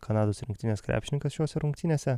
kanados rinktinės krepšininkas šiose rungtynėse